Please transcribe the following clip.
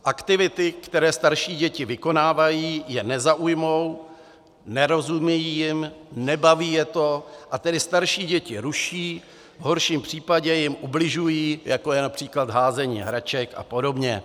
Aktivity, které starší děti vykonávají, je nezaujmou, nerozumějí jim, nebaví je to, a tedy starší děti ruší, v horším případě jim ubližují, jako je například házení hraček apod.